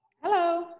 Hello